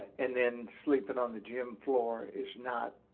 and then sleeping on the gym floor is not